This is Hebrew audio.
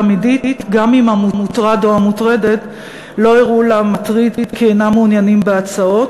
מינית גם אם המוטרד או המוטרדת לא הראו למטריד כי אינם מעוניינים בהצעות,